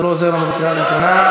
זה לא עוזר לנו בקריאה ראשונה.